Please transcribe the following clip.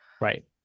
Right